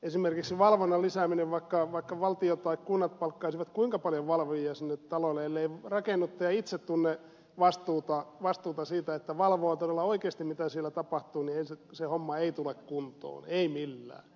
esimerkiksi valvonnan lisäämisellä vaikka valtio tai kunnat palkkaisivat kuinka paljon valvojia sinne taloille ellei rakennuttaja itse tunne vastuuta siitä että valvoo todella oikeasti mitä siellä tapahtuu ei se homma tule kuntoon ei millään